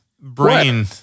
Brain